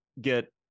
get